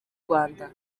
rwanda